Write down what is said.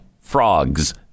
frogs